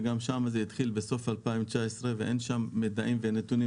שגם שם זה התחיל בסוף 2019 ואין שם מידעים ונתונים,